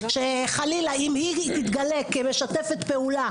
שחלילה אם היא תתגלה כמשתפת פעולה,